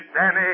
Danny